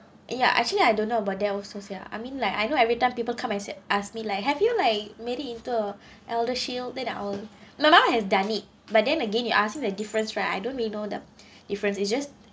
ya actually I don't know about also ya I mean like I know everytime people and said ask me like have you like made it into a elder shield then like I'll my mum has done it but then again you ask me the difference right I don't really know the difference it's just